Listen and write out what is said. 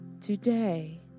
Today